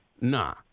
Nah